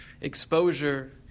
exposure